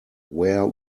where